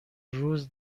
روز